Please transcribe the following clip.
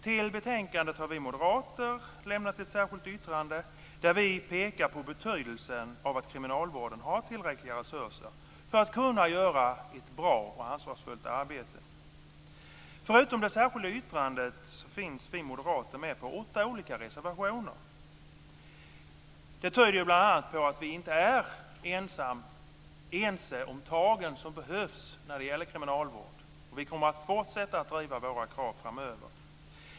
Till betänkandet har vi moderater lämnat ett särskilt yttrande där vi pekar på betydelsen av att kriminalvården har tillräckliga resurser för att kunna göra ett bra och ansvarsfullt arbete. Förutom det särskilda yttrandet finns vi moderater med i åtta reservationer. Detta tyder bl.a. på att vi i utskottet inte är ense om tagen som behövs i kriminalvården. Vi moderater kommer att fortsätta att driva våra krav framöver.